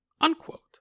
Unquote